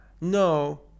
no